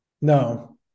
No